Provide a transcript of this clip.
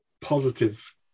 positive